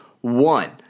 one